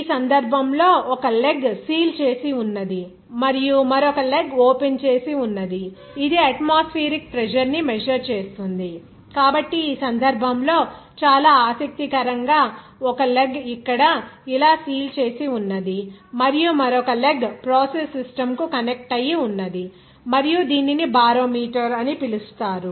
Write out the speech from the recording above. ఈ సందర్భంలో ఒక లెగ్ సీల్ చేసి ఉన్నది మరియు మరొక లెగ్ ఓపెన్ చేసి ఉన్నది ఇది అట్మాస్ఫియరిక్ ప్రెజర్ ని మెజర్ చేస్తుంది కాబట్టి ఈ సందర్భంలో చాలా ఆసక్తికరంగా ఒక లెగ్ ఇక్కడ ఇలా సీల్ చేసి ఉన్నది మరియు మరొక లెగ్ ప్రాసెస్ సిస్టమ్ కు కనెక్ట్ అయ్యి ఉంది మరియు దీనిని బారోమీటర్ అని పిలుస్తారు